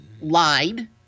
lied